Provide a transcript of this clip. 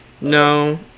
No